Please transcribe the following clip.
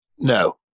no